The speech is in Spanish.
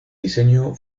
diseño